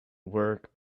work